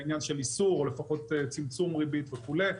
העניין של איסור או לפחות צמצום ריבית וכולי.